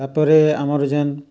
ତାପରେ ଆମର ଯେନ୍